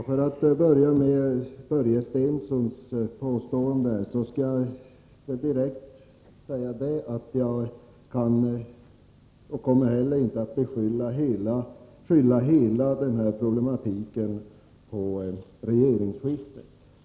Fru talman! Med anledning av Börje Stenssons påstående skall jag direkt säga att jag inte kan — och inte heller kommer att — skylla hela denna problematik på regeringsskiftet.